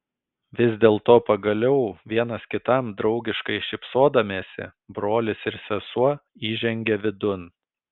vis dėlto pagaliau vienas kitam draugiškai šypsodamiesi brolis ir sesuo įžengė vidun